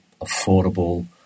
affordable